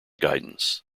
guidance